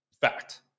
Fact